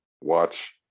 watch